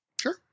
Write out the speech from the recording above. Sure